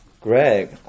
Greg